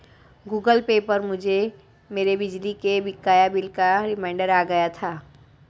Google pay पर मुझे मेरे बिजली के बकाया बिल का रिमाइन्डर आ गया था